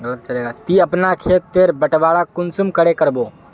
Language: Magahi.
ती अपना खेत तेर बटवारा कुंसम करे करबो?